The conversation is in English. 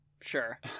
Sure